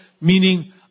meaning